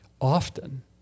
often